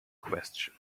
question